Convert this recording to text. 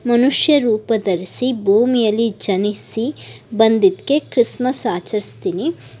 ಮನುಷ್ಯ ರೂಪ ಧರ್ಸಿ ಭೂಮಿಯಲ್ಲಿ ಜನಿಸಿ ಬಂದಿದ್ದಕ್ಕೆ ಕ್ರಿಸ್ಮಸ್ ಆಚರಿಸ್ತೀನಿ